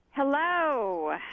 Hello